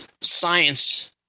science